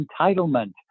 entitlement